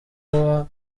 tuba